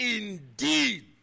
Indeed